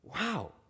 wow